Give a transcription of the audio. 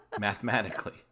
Mathematically